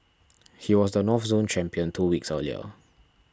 he was the North Zone champion two weeks earlier